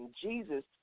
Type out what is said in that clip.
Jesus